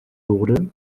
wurde